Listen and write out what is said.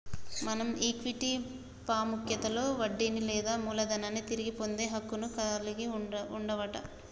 మనం ఈక్విటీ పాముఖ్యతలో వడ్డీని లేదా మూలదనాన్ని తిరిగి పొందే హక్కును కలిగి వుంటవట